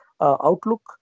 outlook